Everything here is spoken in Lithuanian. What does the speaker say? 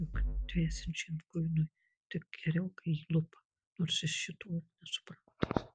juk dvesiančiam kuinui tik geriau kai jį lupa nors jis šito ir nesupranta